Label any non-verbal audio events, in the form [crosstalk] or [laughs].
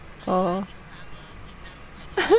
oh [laughs]